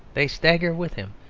they stagger with him,